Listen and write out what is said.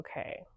okay